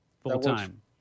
Full-time